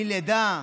מלידה.